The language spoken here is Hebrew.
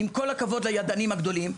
עם כל הכבוד לידענים הגדולים,